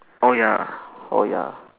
oh ya oh ya